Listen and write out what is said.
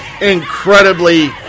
incredibly